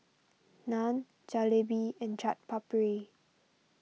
Naan Jalebi and Chaat Papri